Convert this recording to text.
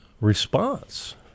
Response